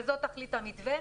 וזאת תכלית המתווה.